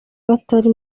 batari